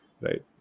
right